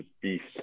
beast